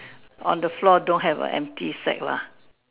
on the floor don't have a empty sack lah